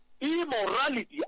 Immorality